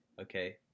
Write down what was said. Okay